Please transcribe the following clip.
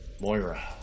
Moira